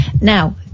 Now